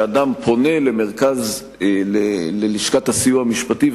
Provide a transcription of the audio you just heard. שאדם פונה ללשכת הסיוע המשפטי,